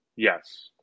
Yes